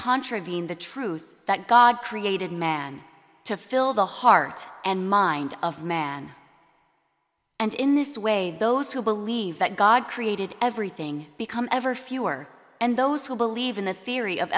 contravene the truth that god created man to fill the heart and mind of man and in this way those who believe that god created everything become ever fewer and those who believe in the theory of